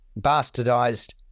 bastardized